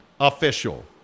official